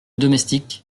domestique